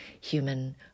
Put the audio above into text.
human